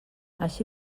així